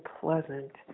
pleasant